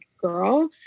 girl